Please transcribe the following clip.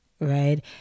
right